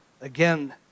Again